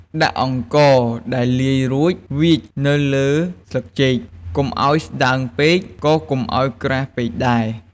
ដាក់អង្ករដែលលាយរួចវាចនៅលើស្លឹកចេក កុំឱ្យស្តើងពេក ក៏កុំឱ្យក្រាស់ពេកដែរ។